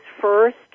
first